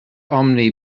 omni